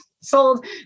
sold